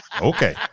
Okay